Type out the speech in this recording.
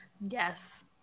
yes